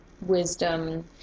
wisdom